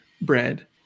Bread